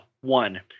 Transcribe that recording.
One